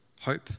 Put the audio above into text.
hope